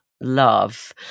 love